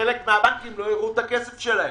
חלק מהבנקים לא יראו את הכסף שלהם.